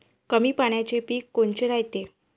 कमी पाण्याचे पीक कोनचे रायते?